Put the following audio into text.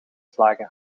slager